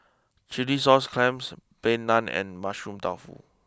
Chilli Sauce Clams Plain Naan and Mushroom Tofu